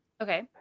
Okay